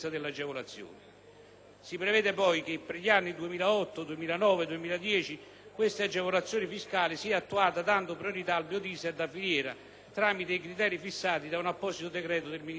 Si prevede poi che, per gli anni 2008, 2009 e 2010, tale agevolazione fiscale sia attuata dando priorità al biodiesel da filiera, tramite i criteri fissati da un apposito decreto del Ministero dell'economia